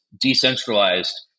decentralized